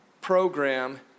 program